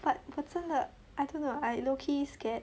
but 我真的 I don't know I lowkey scared